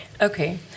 Okay